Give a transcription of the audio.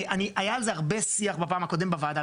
היה על זה הרבה שיח בפעם הקודמת בוועדה.